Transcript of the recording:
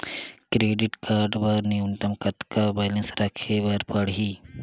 Credit card बर न्यूनतम कतका बैलेंस राखे बर पड़ही?